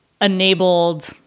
enabled